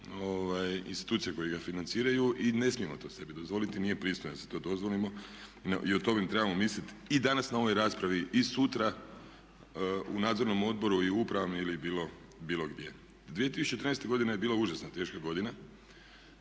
institucija koje ga financiraju i ne smijemo to sebi dozvoliti i nije pristojno da si to dozvolimo i o tome trebamo misliti i danas na ovoj raspravi i sutra u nadzornom odboru i upravama ili bilo gdje. 2013. godina je bila užasno teška godina,